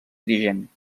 dirigent